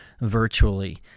virtually